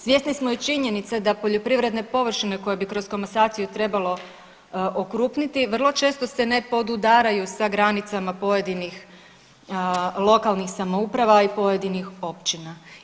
Svjesni smo i činjenice da poljoprivredne površine koje bi kroz komasaciju trebalo okrupniti vrlo često se ne podudaraju sa granicama pojedinih lokalnih samouprava i pojedinih općina.